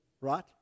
right